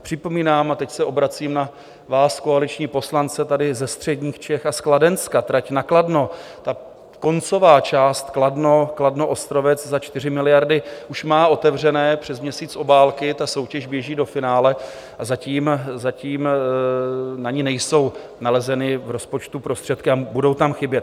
Připomínám, a teď se obracím na vás, koaliční poslance tady ze středních Čech a z Kladenska, trať na Kladno, ta koncová část Kladno Kladno Ostrovec za 4 miliardy už má otevřené přes měsíc obálky, soutěž běží do finále, zatím na ni nejsou nalezeny v rozpočtu prostředky a budou tam chybět.